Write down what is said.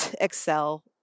Excel